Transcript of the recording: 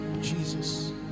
Jesus